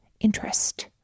interest